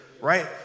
Right